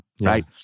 right